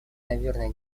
неверно